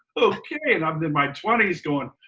okay, and i'm in my twenty s going.